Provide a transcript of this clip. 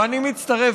ואני מצטרף